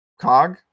Cog